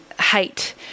hate